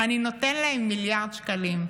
אני נותן להם מיליארד שקלים.